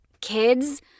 kids